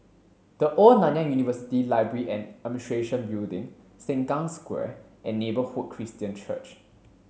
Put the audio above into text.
the Old Nanyang University Library and Administration Building Sengkang Square and Neighbourhood Christian Church